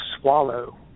swallow